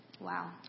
wow